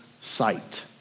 sight